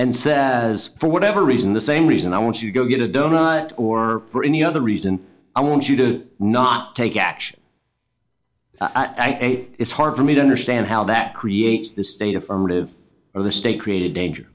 and say as for whatever reason the same reason i want to go get a donut or for any other reason i want you to not take action it is hard for me to understand how that creates the state affirmative or the state created danger